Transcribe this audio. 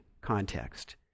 context